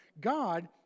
God